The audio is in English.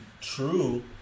true